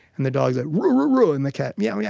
and the dog's like, rooo, rooo, rooo, and the cat, meow, yeah